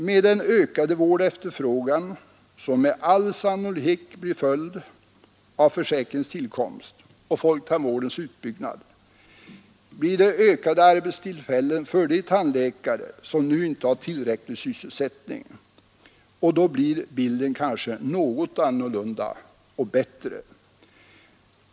Med den ökade vårdefterfrågan som med all sannolikhet blir följden av försäkringens tillkomst och folktandvårdens utbyggnad blir det ökade arbetstillfällen för de tandläkare som nu inte har tillräcklig sysselsättning, och då blir bilden kanske något annorlunda och bättre.